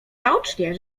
naocznie